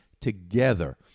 together